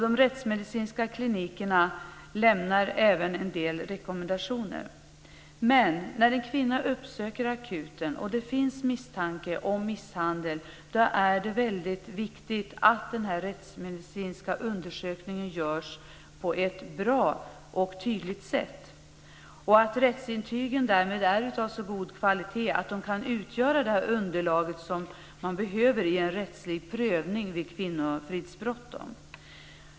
De rättsmedicinska klinikerna lämnar även en del rekommendationer. När en kvinna uppsöker akuten och det finns misstanke om misshandel är det väldigt viktigt att den rättsmedicinska undersökningen görs på ett bra och tydligt sätt och att rättsintygen därmed är av så god kvalitet att de kan utgöra det underlag som behövs i en rättslig prövning vid kvinnofridsbrott.